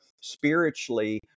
spiritually